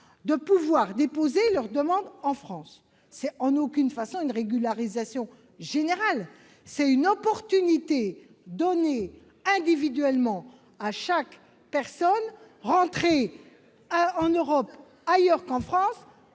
de déposer leur demande en France. Ce n'est en aucune façon une régularisation générale. C'est une opportunité donnée individuellement à chaque personne entrée en Europe, ailleurs qu'en France,